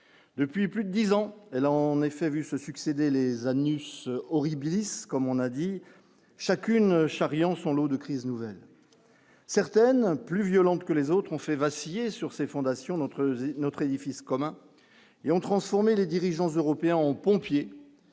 depuis plus de 10 ans, elle a en effet vu se succéder les anus horribilis comme on a dit chacune charriant son lot de crises nouvelles certaines plus violente que les autres ont fait vaciller sur ses fondations notre notre édifice commun et ont transformé les dirigeants européens ont pompiers